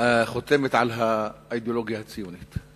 חותמת על האידיאולוגיה הציונית.